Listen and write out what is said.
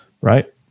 right